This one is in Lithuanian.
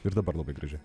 ir dabar labai graži